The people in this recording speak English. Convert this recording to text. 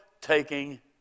taking